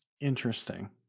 Interesting